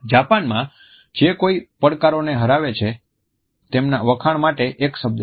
જાપાનમાં જે કોઈ પડકારોને હરાવે છે તેમના વખાણ માટે એક શબ્દ છે